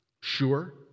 Sure